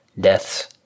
deaths